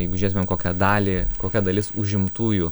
jeigu žiūrėtumėm kokią dalį kokia dalis užimtųjų